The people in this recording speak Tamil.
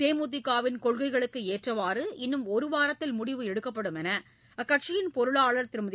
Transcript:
தேமுதிகவின் கொள்கைக்கு ஏற்றவாறு இன்னும் ஒரு வாரத்தில் முடிவு எடுக்கப்படும் என்று அக்கட்சியின் பொருளாளர் திருமதி